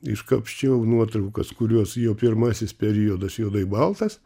iškapsčiau nuotraukas kurios jo pirmasis periodas juodai baltas